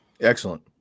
Excellent